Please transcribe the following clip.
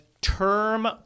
term